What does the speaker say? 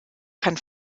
kann